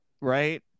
right